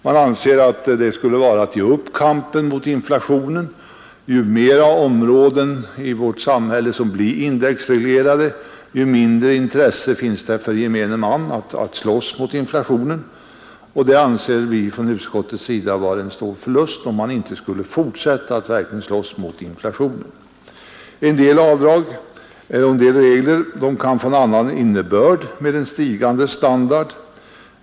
Man anser att en indexreglering skulle vara liktydig med att ge upp kampen mot inflationen. Ju flera områden i vårt samhälle som blir indexreglerade, desto mindre intresse får gemene man av att slåss mot inflationen. Vi anser inom utskottet att det skulle vara en stor förlust om man inte skulle fortsätta att kämpa mot inflationen. En del avdragsregler kan få annan innebörd med en stigande standard.